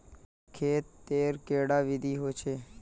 खेत तेर कैडा विधि होचे?